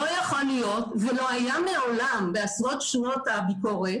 לא יכול להיות ולא היה מעולם בעשרות שנות הביקורת